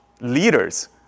leaders